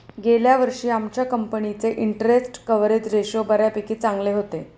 गेल्या वर्षी आमच्या कंपनीचे इंटरस्टेट कव्हरेज रेशो बऱ्यापैकी चांगले होते